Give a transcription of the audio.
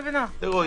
תראו,